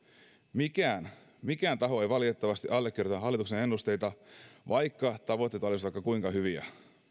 mikään mikään taho ei valitettavasti allekirjoita hallituksen ennusteita vaikka tavoitteet olisivat kuinka hyviä